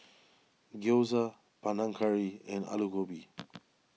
Gyoza Panang Curry and Alu Gobi